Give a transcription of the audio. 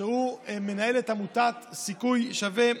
שהוא מנהל את עמותת סיכוי שווה.